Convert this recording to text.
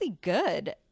good